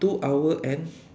two hour and